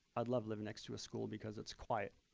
i'd love living next to a school because it's quiet.